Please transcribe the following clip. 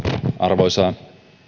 arvoisa